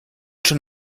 schon